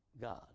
God